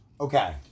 Okay